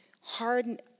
hardened